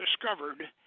discovered